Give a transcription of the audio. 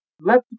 Let